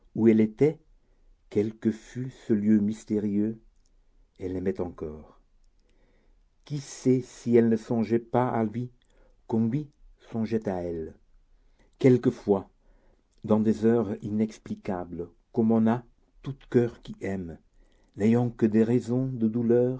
où elle était quel que fût ce lieu mystérieux elle l'aimait encore qui sait si elle ne songeait pas à lui comme lui songeait à elle quelquefois dans des heures inexplicables comme en a tout coeur qui aime n'ayant que des raisons de douleur